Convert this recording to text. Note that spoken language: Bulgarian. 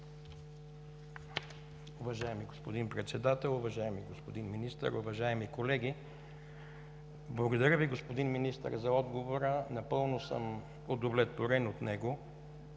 Уважаеми господин Председател, уважаеми господин Министър, уважаеми колеги! Благодаря Ви, господин Министър, за отговора. Напълно съм удовлетворен от него.